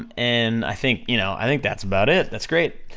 and i think, you know, i think that's about it, that's great,